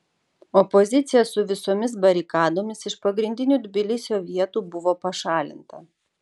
opozicija su visomis barikadomis iš pagrindinių tbilisio vietų buvo pašalinta